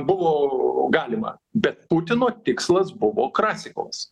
buvo galima bet putino tikslas buvo krasikovas